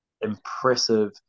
impressive